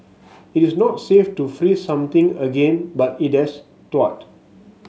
it is not safe to freeze something again but it has thawed